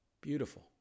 Beautiful